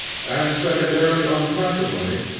and secondarily on patrimony,